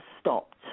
stopped